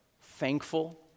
thankful